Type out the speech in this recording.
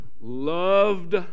loved